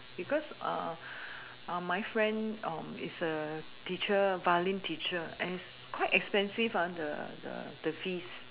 because uh uh my friend um is a teacher violin teacher and it's quite expensive ah the the the fees